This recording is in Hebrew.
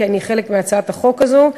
כי אני חלק מהצעת החוק הזאת.